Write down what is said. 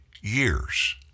years